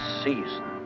season